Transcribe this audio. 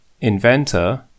Inventor